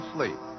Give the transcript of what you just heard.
Sleep